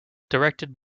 directed